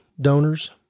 donors